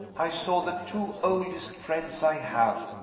i saw the two oldest friends i have.